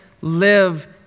live